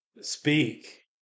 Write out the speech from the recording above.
speak